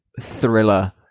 thriller